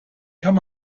kann